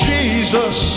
Jesus